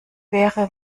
wäre